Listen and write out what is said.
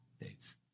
Dates